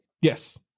Yes